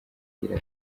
agira